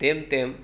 તેમ તેમ